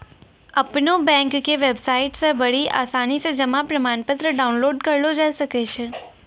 अपनो बैंको के बेबसाइटो से बड़ी आसानी से जमा प्रमाणपत्र डाउनलोड करलो जाय सकै छै